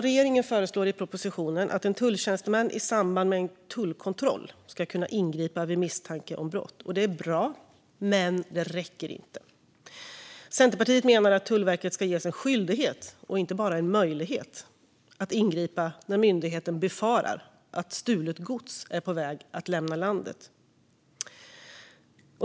Regeringen föreslår i propositionen att en tulltjänsteman i samband med en tullkontroll ska kunna ingripa vid misstanke om brott. Det är bra, men det räcker inte. Centerpartiet menar att Tullverket ska ges en skyldighet, inte bara en möjlighet, att ingripa när myndigheten befarar att stulet gods är på väg att lämna landet.